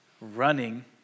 running